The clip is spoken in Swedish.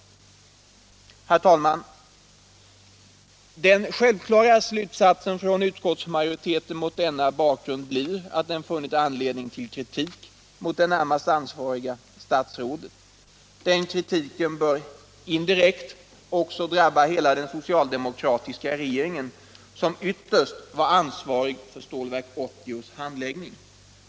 Herr talman! Den självklara slutsatsen från utskottsmajoriteten mot denna bakgrund blir att den funnit anledning till kritik mot det närmast ansvariga statsrådet. Den kritiken bör indirekt också drabba hela den socialdemokratiska regeringen som ytterst var ansvarig för Stålverk 80 projektets handläggning.